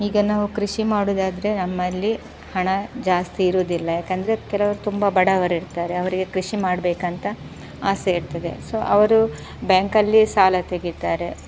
ಈಗ ನಾವು ಕೃಷಿ ಮಾಡೋದಾದ್ರೆ ನಮ್ಮಲ್ಲಿ ಹಣ ಜಾಸ್ತಿ ಇರುವುದಿಲ್ಲ ಯಾಕಂದರೆ ಕೆಲವರು ತುಂಬ ಬಡವರು ಇರ್ತಾರೆ ಅವರಿಗೆ ಕೃಷಿ ಮಾಡಬೇಕಂತ ಆಸೆ ಇರ್ತದೆ ಸೊ ಅವರು ಬ್ಯಾಂಕಲ್ಲಿ ಸಾಲ ತೆಗೀತಾರೆ